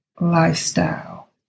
lifestyle